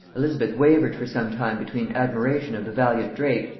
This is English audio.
elizabeth wavered for some time between admiration of the valiant drake,